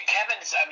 Kevin's